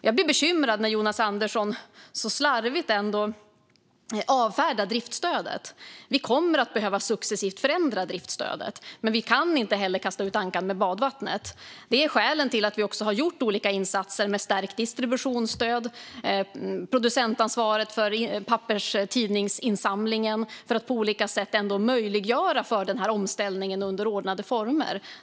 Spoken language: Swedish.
Jag blir bekymrad när Jonas Andersson så slarvigt avfärdar driftsstödet. Vi kommer att behöva förändra driftsstödet successivt, men vi kan inte kasta ut ankan med badvattnet. Vi har gjort olika insatser - det handlar till exempel om stärkt distributionsstöd och producentansvar för papperstidningsinsamlingen - för att på olika sätt möjliggöra för en omställning under ordnade former.